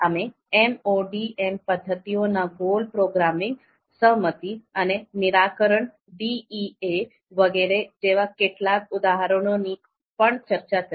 અમે MODM પદ્ધતિઓના goal programming સહમતી ના નિરાકરણ DEA વગેરે જેવા કેટલાક ઉદાહરણો ની પણ ચર્ચા કરી